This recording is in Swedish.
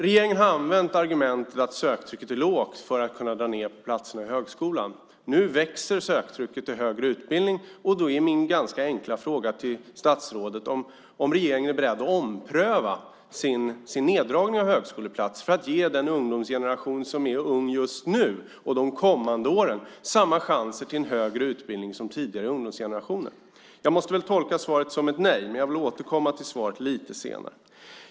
Regeringen har använt argumentet att söktrycket är lågt för att kunna dra ned på antalet platser i högskolan. Nu ökar söktrycket på högre utbildning. Då är min ganska enkla fråga till statsrådet om regeringen är beredd att ompröva sin neddragning av antalet högskoleplatser för att ge den ungdomsgeneration som är ung just nu och under de kommande åren samma chanser till en högre utbildning som tidigare ungdomsgenerationer har haft. Jag måste väl tolka svaret som ett nej. Men jag vill återkomma till svaret lite senare.